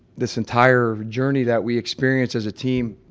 this entire journey that we experienced as a team,